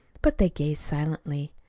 but they gazed silently.